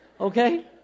okay